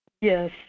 Yes